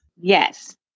Yes